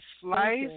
slice